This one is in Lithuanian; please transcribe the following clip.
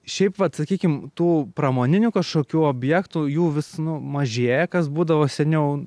šiaip vat sakykim tų pramoninių kažkokių objektų jų vis nu mažėja kas būdavo seniau